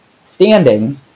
standing